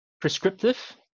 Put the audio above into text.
prescriptive